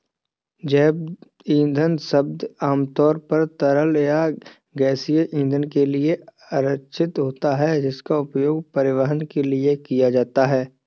जैव ईंधन शब्द आमतौर पर तरल या गैसीय ईंधन के लिए आरक्षित होता है, जिसका उपयोग परिवहन के लिए किया जाता है